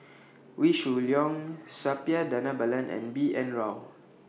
Wee Shoo Leong Suppiah Dhanabalan and B N Rao